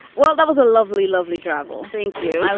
well, that was a lovely, lovely drabble. thank you.